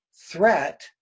threat